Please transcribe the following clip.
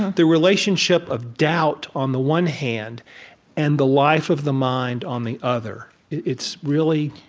the relationship of doubt on the one hand and the life of the mind on the other, it's really,